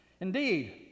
indeed